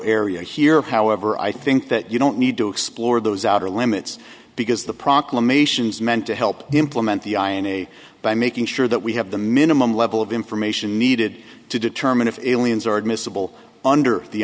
area here however i think that you don't need to explore those outer limits because the proclamations meant to help implement the ai in a by making sure that we have the minimum level of information needed to determine if only ns are admissible under the